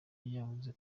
yabuze